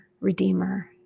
redeemer